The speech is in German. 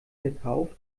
verkauft